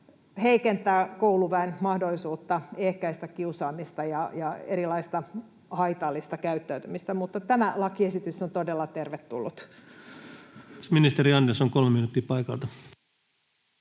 heikentää kouluväen mahdollisuutta ehkäistä kiusaamista ja erilaista haitallista käyttäytymistä. Mutta tämä lakiesitys on todella tervetullut. [Speech 295] Speaker: Ensimmäinen